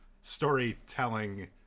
storytelling